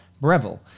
Breville